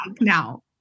now